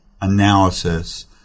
analysis